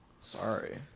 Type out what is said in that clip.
Sorry